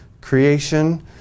creation